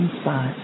spot